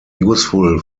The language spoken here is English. useful